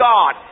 God